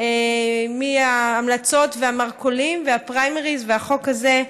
מההמלצות והמרכולים והפריימריז והחוק הזה,